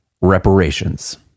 reparations